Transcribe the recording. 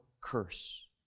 curse